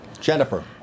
Jennifer